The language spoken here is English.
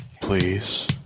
Please